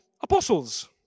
apostles